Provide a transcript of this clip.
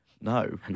no